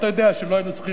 אתה יודע שלא היינו צריכים,